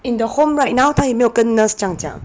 in the home right now 她有没有跟 nurse 这样讲